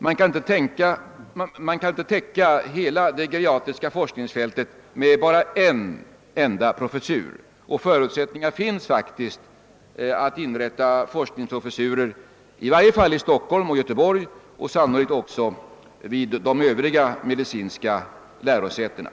Man kan inte täcka hela det geriatriska forskningsfältet med bara en enda professur, och förutsättningar finns faktiskt att inrätta forskningsprofessurer i varje fall i Stockholm och i Göteborg och sannolikt också vid de övriga medicinska lärosätena.